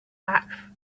back